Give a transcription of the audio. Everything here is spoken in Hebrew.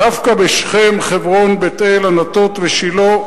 דווקא בשכם, חברון, בית-אל, ענתות ושילה,